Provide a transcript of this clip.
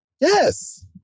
yes